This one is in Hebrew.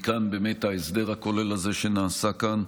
מכאן באמת ההסדר הכולל הזה שנעשה כאן,